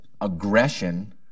aggression